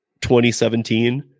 2017